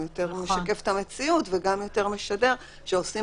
יותר משקף את המציאות וגם יותר משדר שעושים